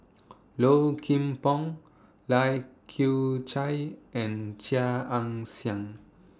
Low Kim Pong Lai Kew Chai and Chia Ann Siang